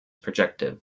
projective